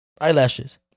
eyelashes